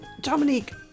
Dominique